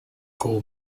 cool